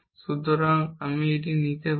সুতরাং আমি এখন এটি নিতে পারি